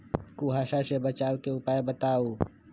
कुहासा से बचाव के उपाय बताऊ?